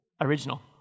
original